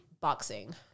Boxing